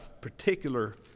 particular